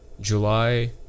July